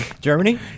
Germany